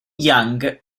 yang